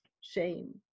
Shame